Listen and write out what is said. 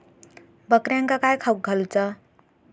बकऱ्यांका काय खावक घालूचा?